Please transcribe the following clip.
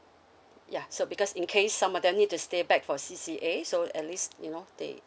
ya so because in case some of them need to stay back for C C A so at least you know they